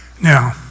Now